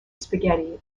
spaghetti